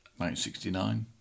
1969